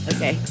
Okay